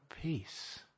peace